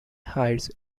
hides